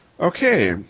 Okay